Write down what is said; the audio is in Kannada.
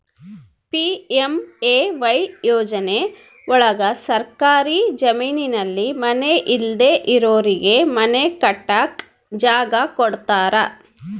ಪಿ.ಎಂ.ಎ.ವೈ ಯೋಜನೆ ಒಳಗ ಸರ್ಕಾರಿ ಜಮೀನಲ್ಲಿ ಮನೆ ಇಲ್ದೆ ಇರೋರಿಗೆ ಮನೆ ಕಟ್ಟಕ್ ಜಾಗ ಕೊಡ್ತಾರ